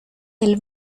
del